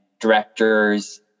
directors